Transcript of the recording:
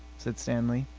said stanley.